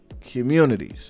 communities